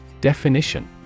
Definition